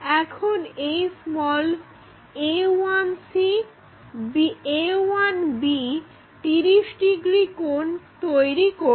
এখন এই a1c a1b 30 degree কোণ তৈরি করবে